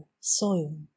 soil